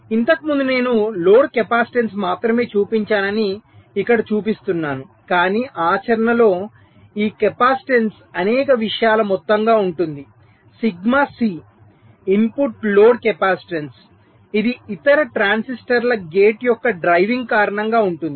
ఇంతకు ముందు నేను లోడ్ కెపాసిటెన్స్ మాత్రమే చూపించానని ఇక్కడ చూపిస్తున్నాను కాని ఆచరణలో ఈ కెపాసిటెన్స్ అనేక విషయాల మొత్తంగా ఉంటుంది sigma C input load capacitance ఇది ఇతర ట్రాన్సిస్టర్ల గేట్ యొక్క డ్రైవింగ్ కారణంగా ఉంటుంది